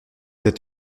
êtes